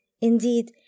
Indeed